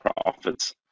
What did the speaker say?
profits